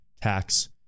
tax